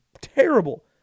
terrible